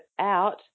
out